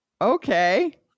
Okay